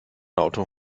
auto